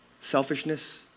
selfishness